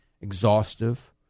exhaustive